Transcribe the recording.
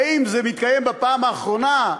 האם זה מתקיים בפעם האחרונה?